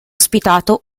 ospitato